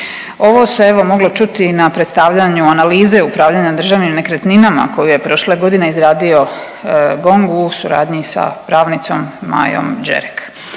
Ovo se evo moglo čuti na predstavljanju analize upravljanja državnim nekretninama koju je prošle godine izradio GONG u suradnji sa pravnicom Majom Đerek.